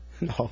No